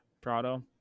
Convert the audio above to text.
Prado